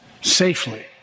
safely